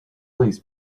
these